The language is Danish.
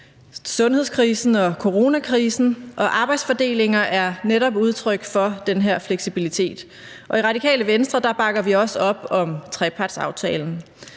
sundhedskrisen og coronakrisen, og arbejdsfordelinger er netop udtryk for den her fleksibilitet. I Radikale Venstre bakker vi også op om trepartsaftalen.